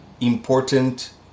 important